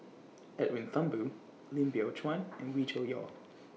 Edwin Thumboo Lim Biow Chuan and Wee Cho Yaw